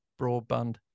broadband